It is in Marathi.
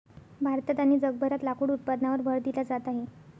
भारतात आणि जगभरात लाकूड उत्पादनावर भर दिला जात आहे